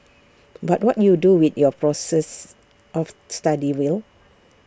but what you do with your process of study will